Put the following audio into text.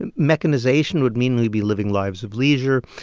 and mechanization would mean we'd be living lives of leisure,